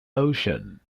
ocean